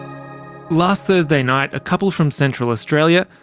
last thursday night, a couple from central australia.